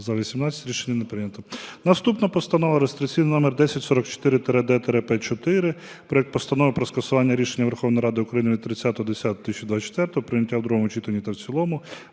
За-18 Рішення не прийнято. Наступна Постанова реєстраційний номер 1044-д-П4: проект Постанови про скасування рішення Верховної Ради України від 30.10.2024 про прийняття в другому читанні та в цілому